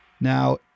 Now